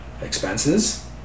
expenses